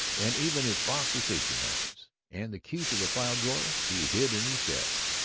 and even his box of safety matches and the key to the file drawer he hid in his desk.